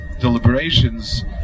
deliberations